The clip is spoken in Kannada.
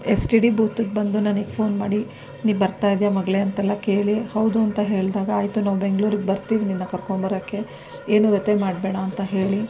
ಎಸ್ ಟಿ ಡಿ ಬೂತಿಗೆ ಬಂದು ನನಗೆ ಫೊನ್ ಮಾಡಿ ನೀ ಬರ್ತಾ ಇದೆಯಾ ಮಗಳೇ ಅಂತೆಲ್ಲ ಕೇಳಿ ಹೌದು ಅಂತ ಹೇಳಿದಾಗ ಆಯಿತು ನಾವು ಬೆಂಗ್ಳೂರಿಗೆ ಬರ್ತೀವಿ ನಿನ್ನ ಕರ್ಕೊಂಡು ಬರೋಕ್ಕೆ ಏನೂ ವ್ಯಥೆ ಮಾಡಬೇಡ ಅಂತ ಹೇಳಿ